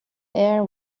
air